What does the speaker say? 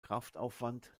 kraftaufwand